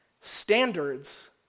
Standards